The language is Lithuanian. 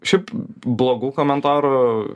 šiaip blogų komentarų